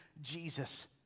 Jesus